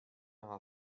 novel